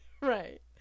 Right